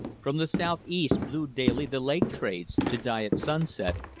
from the southeast blew daily the lake trades, to die at sunset,